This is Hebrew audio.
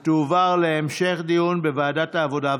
הצבעה, בבקשה.